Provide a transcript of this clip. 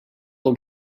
will